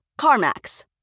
CarMax